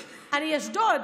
אשדוד.